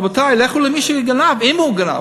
רבותי, לכו למי שגנב, אם הוא גנב,